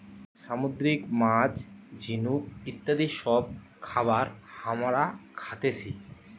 সামুদ্রিক মাছ, ঝিনুক ইত্যাদি সব খাবার হামরা খাতেছি